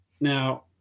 Now